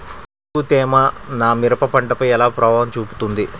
ఎక్కువ తేమ నా మిరప పంటపై ఎలా ప్రభావం చూపుతుంది?